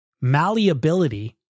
malleability